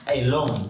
alone